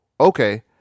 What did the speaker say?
okay